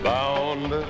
Bound